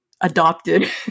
adopted